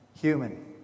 human